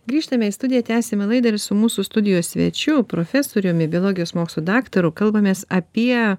grįžtame į studiją tęsiame laidą ir su mūsų studijos svečiu profesoriumi biologijos mokslų daktaru kalbamės apie